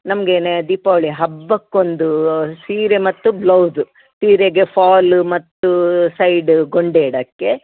ನಮಗೇನೇ ದೀಪಾವಳಿ ಹಬ್ಬಕ್ಕೊಂದು ಸೀರೆ ಮತ್ತು ಬ್ಲೌಸು ಸೀರೆಗೆ ಫಾಲ್ ಮತ್ತು ಸೈಡ್ ಗೊಂಡೆ ಇಡೋಕ್ಕೆ